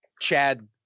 Chad